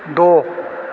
द'